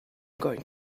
going